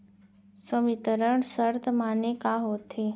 संवितरण शर्त माने का होथे?